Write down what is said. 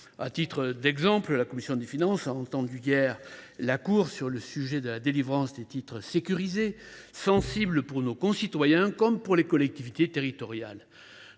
À titre d’exemple, la commission des finances a entendu hier la Cour sur le sujet de la délivrance des titres sécurisés, sujet sensible pour nos concitoyens comme pour les collectivités territoriales.